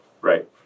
Right